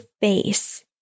face